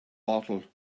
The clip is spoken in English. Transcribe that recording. bottle